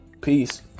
Peace